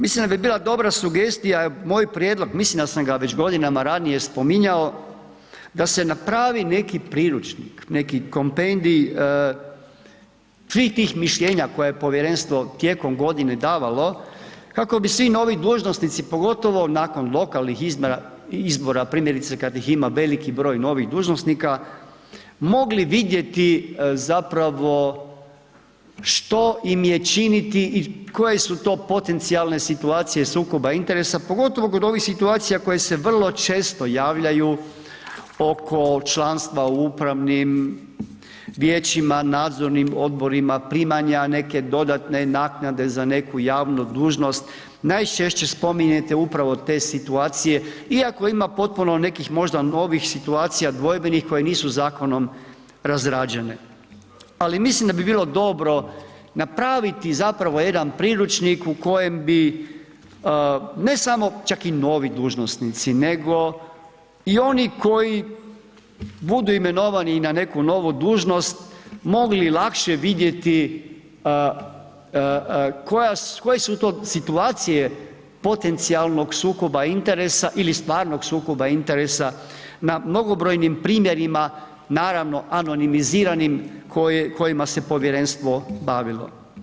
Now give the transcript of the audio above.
Mislim da bi bila dobra sugestija, moj prijedlog, mislim da sam ga već godinama ranije spominjao, da se napravi neki priručnik, neki kompendij svih tih mišljenja koje je povjerenstvo tijekom godine davalo kako bi svi novi dužnosnici pogotovo nakon lokalnih izbora primjerice kad ih ima veliki broj novih dužnosnika, mogli vidjeti zapravo što im je činiti i koje su to potencijalne situacije sukoba interesa pogotovo kod ovih situacija koje se vrlo često javljaju oko članstva u upravnim vijećima, nadzornim odborima, primanja neke dodatne naknade za neku javnu dužnost, najčešće spominjete upravo te situacije iako ima potpuno nekih možda novih situacija, dvojbenih koje nisu zakonom razrađene ali mislim da bi bilo dobro napraviti zapravo jedan priručnik u kojem bi ne samo čak i novi dužnosnici nego i oni koji budu imenovani i na neku novu dužnost, mogli lakše vidjeti koje su situacije potencijalnog sukoba interesa ili stvarnog sukoba interesa na mnogobrojnim primjerima naravno anonimiziranim kojima se povjerenstvo bavilo.